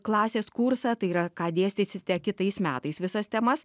klasės kursą tai yra ką dėstysite kitais metais visas temas